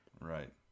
Right